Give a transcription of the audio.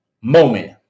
moment